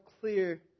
clear